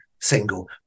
single